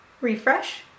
refresh